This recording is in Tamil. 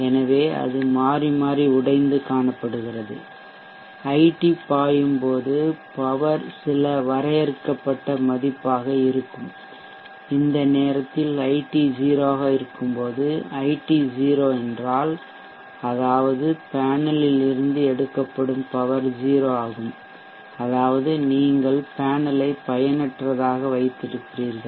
எனவே அது மாறி மாறி உடைந்து காணப்பபடுகிறது ஐடி பாயும் போது பவர் சில வரையறுக்கப்பட்ட மதிப்பாக இருக்கும் இந்த நேரத்தில் ஐடி 0 ஆக இருக்கும்போது ஐடி 0 என்றால் அதாவது பேனலில் இருந்து எடுக்கப்படும் பவர் 0 ஆகும் அதாவது நீங்கள் பேனலை பயனற்றதாக வைத்துஇருக்கிறீர்கள்